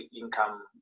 income